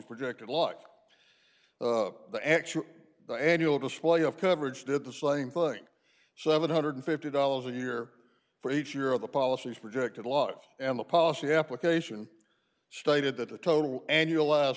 projected like the actual the annual display of coverage did the same thing seven hundred and fifty dollars a year for each year of the policies projected live and the policy application stated that the total annual last